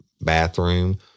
bathroom